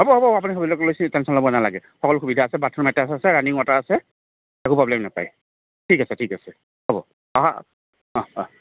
হ'ব হ'ব আপুনি সেইবিলাক লৈ বেছি টেনশ্যন ল'ব নালাগে সকলো সুবিধা আছে বাথৰুম এটাছত আছে ৰানিং ৱাটাৰ আছে একো প্ৰব্লেম নাপায় ঠিক আছে ঠিক আছে হ'ব অ অ